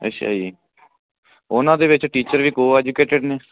ਅੱਛਾ ਜੀ ਉਹਨਾਂ ਦੇ ਵਿੱਚ ਟੀਚਰ ਵੀ ਕੋ ਐਜੂਕੇਟਿਡ ਨੇ